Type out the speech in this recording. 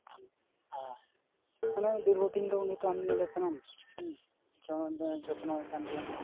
ᱢᱟᱱᱮ ᱫᱤᱨᱜᱷᱚᱫᱤᱱ ᱫᱚ ᱩᱱᱤ ᱛᱚ ᱟᱢᱮᱢ ᱧᱮᱞᱮ ᱠᱟᱱᱟᱢ ᱡᱮᱢᱚᱱ ᱡᱚᱛᱱᱚᱭᱮ ᱠᱟᱱ ᱜᱮᱭᱟᱢ ᱦᱟᱸᱜ